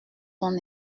son